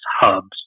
hubs